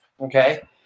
Okay